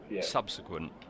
subsequent